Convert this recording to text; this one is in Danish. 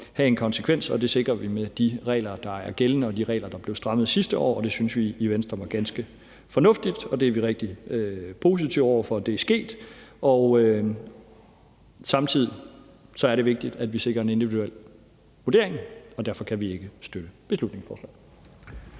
have en konsekvens, og det sikrer vi med de regler, der er gældende, og de regler, der blev strammet sidste år, og det synes vi i Venstre var ganske fornuftigt, og det er vi rigtig positive over for er sket. Samtidig er det vigtigt, at vi sikrer en individuel vurdering, og derfor kan vi ikke støtte beslutningsforslaget.